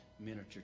miniature